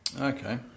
Okay